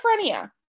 Schizophrenia